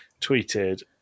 tweeted